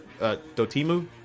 Dotemu